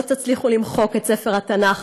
לא תצליחו למחוק את ספר התנ"ך.